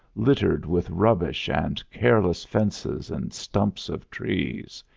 littered with rubbish and careless fences and stumps of trees,